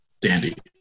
Dandy